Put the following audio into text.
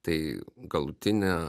tai galutinę